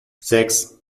sechs